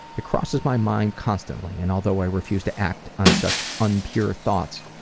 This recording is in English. it crosses my mind constantly and although i refuse to act on such unpure thoughts,